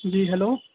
جی hello